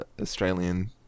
Australian